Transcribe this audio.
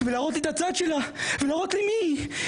להראות את הצד שלה ולהראות מי היא,